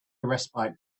respite